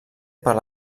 per